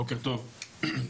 בוקר טוב,